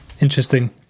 interesting